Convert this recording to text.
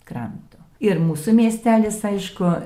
kranto ir mūsų miestelis aišku